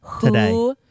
today